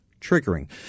triggering